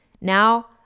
Now